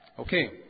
Okay